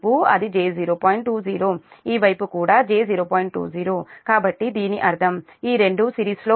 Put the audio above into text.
20 కాబట్టి దీని అర్థం ఈ రెండు సిరీస్లో ఉంటాయి